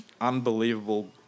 unbelievable